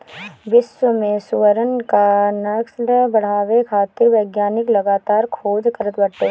विश्व में सुअरन क नस्ल बढ़ावे खातिर वैज्ञानिक लगातार खोज करत बाटे